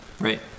Right